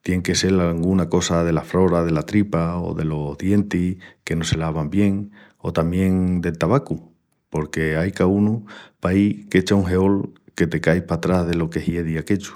Tien que sel anguna cosa dela frora dela tripa o delos dientis que no se lavan bien, o tamién del tabacu, porque ai caúnu paí qu'echa un heol que te cais patrás delo que hiedi aquellu.